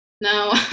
No